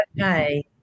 Okay